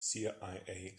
cia